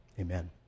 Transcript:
amen